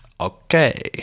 Okay